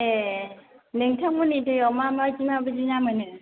ए नोंथांमोननि जायगायाव माबायदि माबायदि ना मोनो